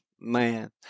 man